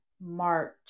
March